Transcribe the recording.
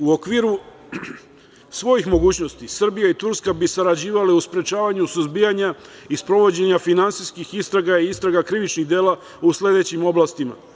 U okviru svojih mogućnosti Srbija i Turska bi sarađivale u sprečavanju suzbijanja i sprovođenja finansijskih istraga i istraga krivičnih dela u sledećim oblastima.